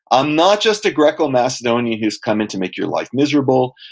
i'm not just a greco-macedonian who's come in to make your life miserable,